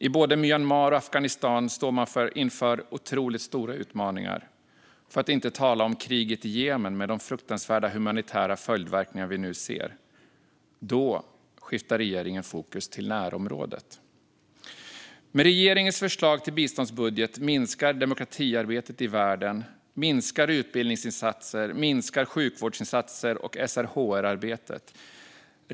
I både Myanmar och Afghanistan står man inför otroligt stora utmaningar, för att inte tala om kriget i Jemen med de fruktansvärda humanitära följdverkningar vi nu ser. Då skiftar regeringen fokus till närområdet. Med regeringens förslag till biståndsbudget minskar demokratiarbetet i världen. Utbildningsinsatser, sjukvårdsinsatser och SRHR-arbetet minskar.